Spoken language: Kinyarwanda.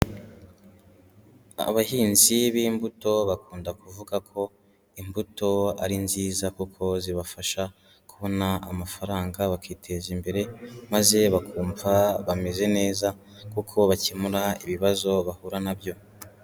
Abahinzi b'imbuto bakunda kuvuga ko imbuto ari nziza kuko zibafasha kubona amafaranga bakiteza imbere, maze bakumva bameze neza kuko bakemura ibibazo bahura na byo.